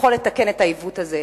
יכול לתקן את העיוות הזה,